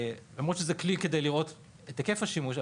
למרות שזה כלי כדי לראות את היקף השימוש,